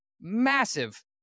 massive